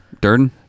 Durden